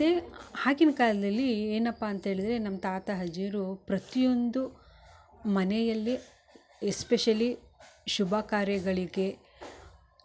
ಮತ್ತು ಆಗಿನ ಕಾಲ್ದಲ್ಲಿ ಏನಪ್ಪ ಅಂತೇಳಿದರೆ ನಮ್ಮ ತಾತ ಅಜ್ಜಿರು ಪ್ರತಿಯೊಂದು ಮನೆಯಲ್ಲಿ ಎಸ್ಪೆಶಲಿ ಶುಭ ಕಾರ್ಯಗಳಿಗೆ